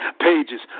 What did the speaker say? pages